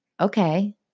Okay